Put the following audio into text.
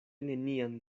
nenian